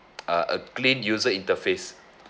uh a clean user interface